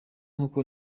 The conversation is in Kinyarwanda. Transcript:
nk’uko